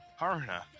Haruna